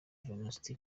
venuste